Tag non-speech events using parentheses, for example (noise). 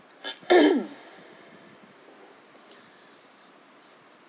(noise)